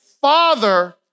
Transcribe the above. father